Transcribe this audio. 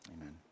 Amen